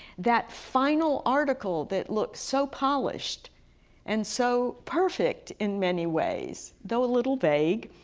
that final article that looks so polished and so perfect in many ways, though a little vague,